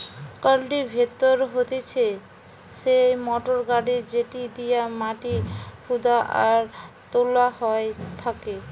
cultivator হতিছে সেই motor গাড়ি যেটি দিয়া মাটি হুদা আর তোলা হয় থাকে